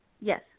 Yes